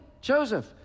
Joseph